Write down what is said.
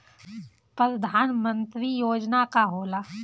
परधान मंतरी योजना का होला?